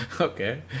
Okay